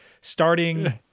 starting